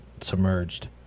submerged